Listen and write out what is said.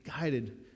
guided